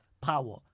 power